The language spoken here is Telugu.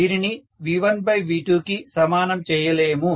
దీనిని V1V2 కి సమానం చేయలేము